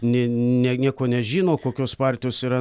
ne nieko nežino kokios partijos yra